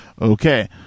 Okay